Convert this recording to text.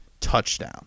touchdown